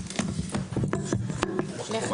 הישיבה ננעלה בשעה 13:06.